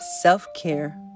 self-care